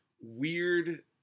weird